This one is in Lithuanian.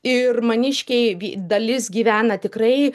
ir maniškiai dalis gyvena tikrai